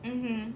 mmhmm